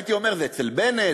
הייתי אומר זה אצל בנט,